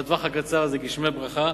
בטווח הקצר זה גשמי ברכה.